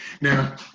Now